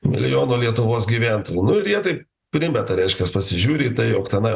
milijono lietuvos gyventojų nu ir jie taip primeta reiškias pasižiūri į tai jog tenai